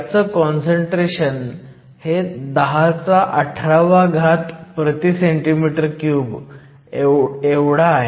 त्याचं काँसंट्रेशन हे 1018 cm 3 एवढं आहे